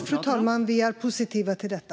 Fru talman! Vi är positiva till detta.